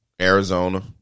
Arizona